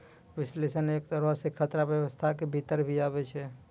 विश्लेषण एक तरहो से खतरा व्यवस्था के भीतर भी आबै छै